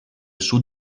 sud